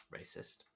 racist